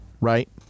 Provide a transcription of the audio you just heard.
Right